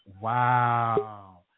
Wow